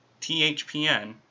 THPN